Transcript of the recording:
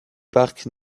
parc